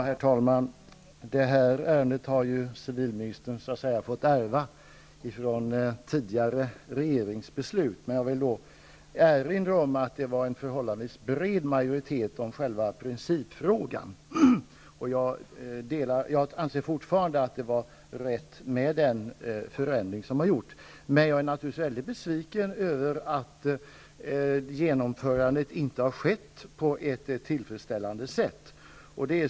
Herr talman! Detta ärende har civilministern så att säga fått ärva från tidigare regerings beslut. Jag vill erinra om att det i alla fall var en förhållandevis bred majoritet för beslutet i principfrågan. Jag anser fortfarande att det var rätt med den förändring som har gjorts. Men jag är naturligtvis väldigt besviken över att genomförandet inte har skett på ett tillfredsställande sätt.